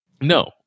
No